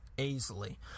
Easily